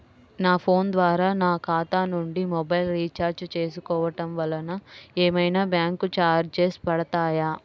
నా ఫోన్ ద్వారా నా ఖాతా నుండి మొబైల్ రీఛార్జ్ చేసుకోవటం వలన ఏమైనా బ్యాంకు చార్జెస్ పడతాయా?